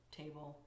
table